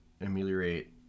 ameliorate